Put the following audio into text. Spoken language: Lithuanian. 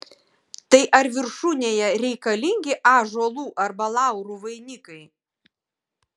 tai ar viršūnėje reikalingi ąžuolų arba laurų vainikai